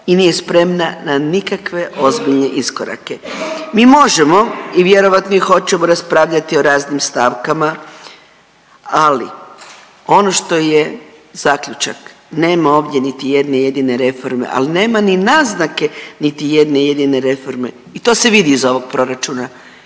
i nije spremna na nikakve ozbiljne iskorake. Mi možemo i vjerojatno i hoćemo raspravljati o raznim stavkama, ali ono što je zaključak nema ovdje niti jedne jedine reforme, ali nema ni naznake niti jedne jedine reforme i to se vidi iz ovog proračuna